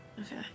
Okay